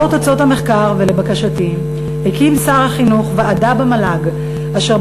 לאור תוצאות המחקר ולבקשתי הקים שר החינוך ועדה במל"ג אשר